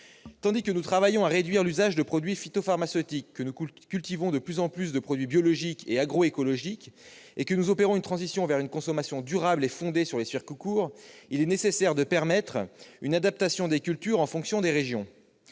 Tandis que nous travaillons à réduire l'usage de produits phytopharmaceutiques, que nous cultivons de plus en plus de produits biologiques et agroécologiques et que nous opérons une transition vers une consommation durable et fondée sur les circuits courts, il est nécessaire de permettre une adaptation des cultures en fonction des régions.